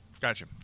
Gotcha